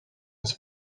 his